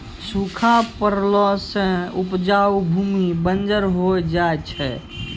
सूखा पड़ला सें उपजाऊ भूमि बंजर होय जाय छै